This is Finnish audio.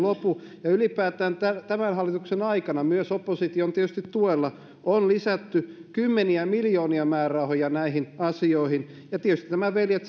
eivät lopu ylipäätään tämän hallituksen aikana tietysti myös opposition tuella on lisätty kymmeniä miljoonia määrärahaa näihin asioihin ja tietysti tämä veljet